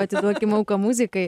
atiduokim auką muzikai